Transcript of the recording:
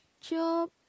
job